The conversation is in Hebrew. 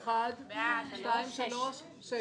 שש.